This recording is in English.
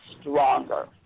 stronger